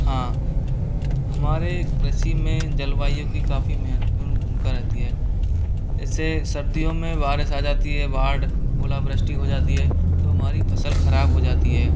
हाँ हमारे कृषि में जलवायु की काफ़ी महत्वपूर्ण भूमिका रहती है इसे सर्दियों में बारिश आ जाती है बाढ़ ओलावृष्टि हो जाती है तो हमारी फसल खराब हो जाती है